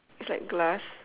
it's like glass